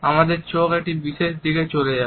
আমাদের চোখ একটি বিশেষ দিকে চলে যাবে